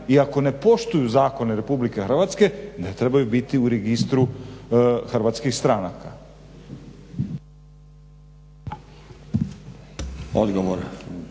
i ako ne poštuju zakone Republike Hrvatske ne trebaju biti u registru hrvatskih stranaka.